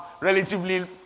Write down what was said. relatively